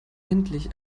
endlich